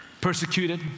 persecuted